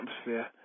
atmosphere